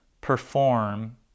perform